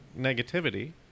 negativity